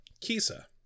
Kisa